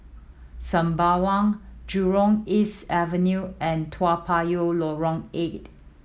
Sembawang Jurong East Avenue and Toa Payoh Lorong Eight